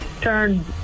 turn